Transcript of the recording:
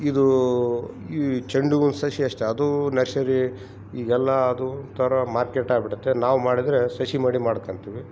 ಇದೂ ಈ ಚೆಂಡು ಹೂವಿನ ಸಸಿ ಅಷ್ಟೇ ಅದೂ ನರ್ಶರಿ ಈಗೆಲ್ಲ ಅದು ಥರ ಮಾರ್ಕೆಟಾಗ್ಬಿಟತೆ ನಾವು ಮಾಡಿದರೆ ಸಸಿ ಮಡಿ ಮಾಡ್ಕೊಂತಿವಿ